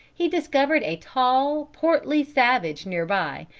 he discovered a tall, portly savage near by,